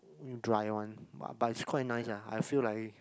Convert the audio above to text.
mm dry one but but it's quite nice ah I feel like